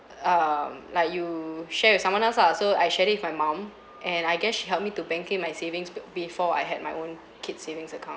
um like you share with someone else lah so I shared it with my mom and I guess she helped me to bank in my savings b~ before I had my own kids' savings account